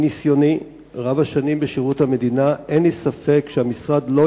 מניסיוני רב-השנים בשירות המדינה אין לי ספק שהמשרד לא